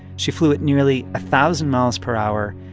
she flew at nearly a thousand miles per hour,